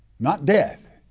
not death.